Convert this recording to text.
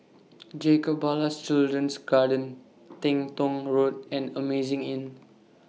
Jacob Ballas Children's Garden Teng Tong Road and Amazing Inn